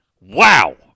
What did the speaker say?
Wow